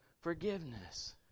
forgiveness